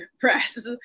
press